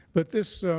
but this